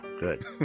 good